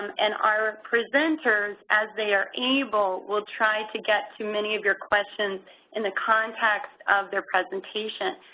um and our presenters, as they are able, will try to get too many of your questions in the context of their presentation.